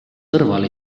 kõrval